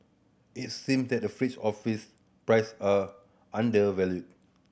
it seem that fringes office price a undervalued